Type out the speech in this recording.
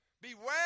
Beware